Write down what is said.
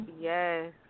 yes